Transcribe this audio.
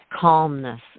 calmness